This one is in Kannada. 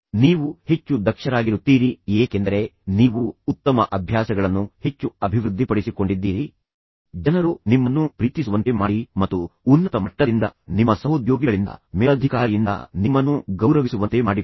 ನೀವು ಹೆಚ್ಚು ದಕ್ಷರಾಗಿರುತ್ತೀರಿ ಏಕೆಂದರೆ ನೀವು ಉತ್ತಮ ಅಭ್ಯಾಸಗಳನ್ನು ಹೆಚ್ಚು ಅಭಿವೃದ್ಧಿಪಡಿಸಿಕೊಂಡಿದ್ದೀರಿ ಜನರು ನಿಮ್ಮನ್ನು ಪ್ರೀತಿಸುವಂತೆ ಮಾಡಿ ಮತ್ತು ಉನ್ನತ ಮಟ್ಟದಿಂದ ನಿಮ್ಮ ಸಹೋದ್ಯೋಗಿಗಳಿಂದ ಮೇಲಧಿಕಾರಿಯಿಂದ ನಿಮ್ಮನ್ನು ಗೌರವಿಸುವಂತೆ ಮಾಡಿಕೊಳ್ಳಿ